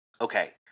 Okay